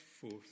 forth